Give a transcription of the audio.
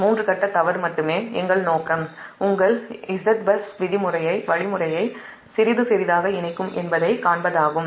மூன்று கட்ட தவறு மட்டுமே எங்கள் நோக்கம் உங்கள் Z பஸ் வழிமுறையை சிறிது சிறிதாக இணைக்கும் என்பதைக் காண்பதாகும்